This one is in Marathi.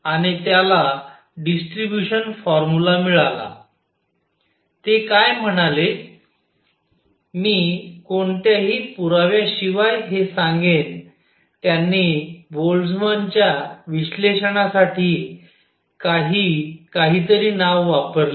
आणि त्याला डिस्ट्रिब्युशन फॉर्म्युला मिळाला ते काय म्हणाले मी कोणत्याही पुराव्याशिवाय हे सांगेन त्यांनी बोल्टझ्मनच्या विश्लेषणासाठी काही काहीतरी नाव वापरले